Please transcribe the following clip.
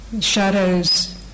shadows